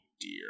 dear